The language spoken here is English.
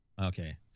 okay